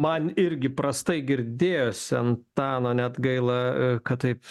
man irgi prastai girdėjosi antano net gaila kad taip